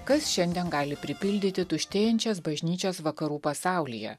kas šiandien gali pripildyti tuštėjančias bažnyčios vakarų pasaulyje